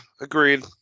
agreed